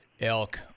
Elk